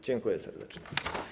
Dziękuję serdecznie.